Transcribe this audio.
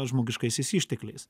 žmogiškaisiais ištekliais